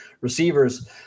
receivers